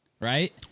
right